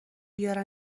بیارم